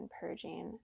purging